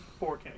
4K